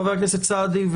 חבר הכנסת סעדי,